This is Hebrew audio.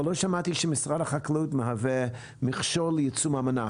אבל לא שמעתי שמשרד החקלאות מהווה מכשול ליישום האמנה.